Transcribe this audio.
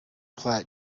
plaque